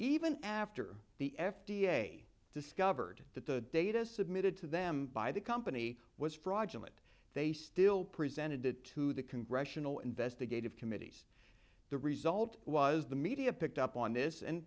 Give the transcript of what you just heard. even after the f d a discovered that the data submitted to them by the company was fraudulent they still presented it to the congressional investigative committees the result was the media picked up on this and